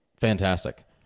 fantastic